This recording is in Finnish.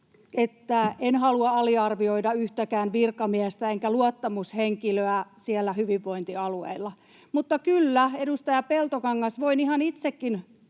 en halua aliarvioida yhtäkään virkamiestä enkä luottamushenkilöä siellä hyvinvointialueilla, mutta kyllä, edustaja Peltokangas, voin ihan itse